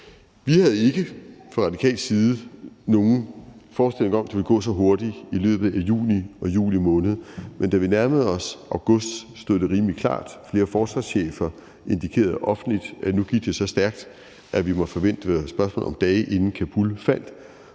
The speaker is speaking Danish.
Vi havde ikke fra radikal side nogen forestilling om, at det ville gå så hurtigt i løbet af juni og juli måned, men da vi nærmede os august, stod det rimelig klart. Flere forsvarschefer indikerede offentligt, at nu gik det så stærkt, at vi måtte forvente, at det var et spørgsmål om dage, inden Kabul faldt,